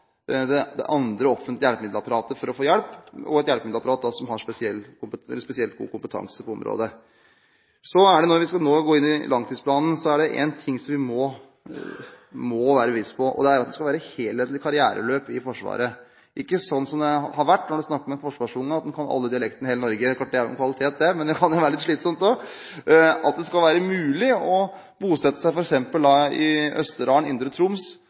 har spesielt god kompetanse på området. Når vi skal ta for oss langtidsplanen, er det én ting som vi må være viss på. Det er at det skal være helhetlige karriereløp i Forsvaret, ikke sånn som det har vært, at snakker du med en forsvarsunge, kan han alle dialektene i hele Norge – det er klart det er en kvalitet, men det kan være litt slitsomt også – men at det skal være mulig å bosette seg i f.eks. Østerdalen eller Indre Troms